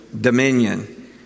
dominion